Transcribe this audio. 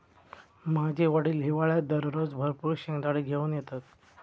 माझे वडील हिवाळ्यात दररोज भरपूर शेंगदाने घेऊन येतत